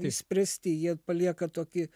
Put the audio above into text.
išspręsti jie palieka tokį